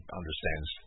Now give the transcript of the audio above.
understands